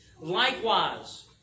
Likewise